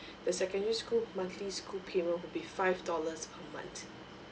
the secondary school monthly school payment will be five dollars per month